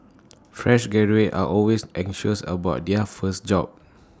fresh graduates are always anxious about their first job